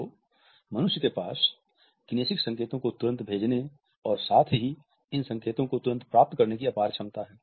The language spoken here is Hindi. तो मनुष्य के पास किनेसिक संकेतों को तुरंत भेजने और साथ ही साथ इन संकेतों को तुरंत प्राप्त करने की अपार क्षमता है